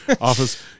Office